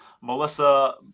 Melissa